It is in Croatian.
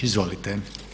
Izvolite.